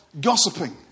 gossiping